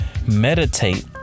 Meditate